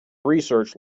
research